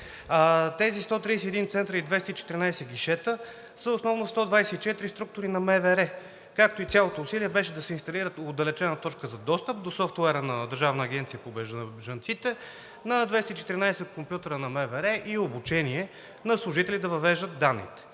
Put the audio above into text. Тези 131 центъра и 214 гишета са основно в 124 структури на МВР, както и цялото усилие беше да се инсталират в отдалечена точка за достъп до софтуера на Държавната агенция за бежанците на 214 компютъра на МВР и обучение на служители да въвеждат данните,